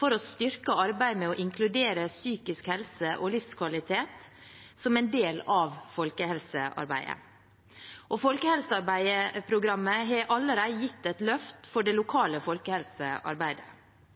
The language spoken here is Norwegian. for å styrke arbeidet med å inkludere psykisk helse og livskvalitet som en del av folkehelsearbeidet. Og det har allerede gitt et løft for det lokale folkehelsearbeidet.